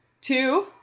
two